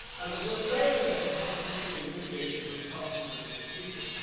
and that this failure has comprehensively vitiated both trust and social cohesion.